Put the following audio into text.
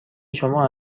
شما